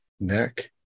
neck